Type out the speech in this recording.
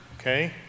okay